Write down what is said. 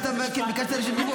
בשביל זה ביקשת רשות דיבור.